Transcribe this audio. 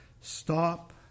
stop